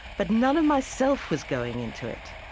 but none of myself was going into it.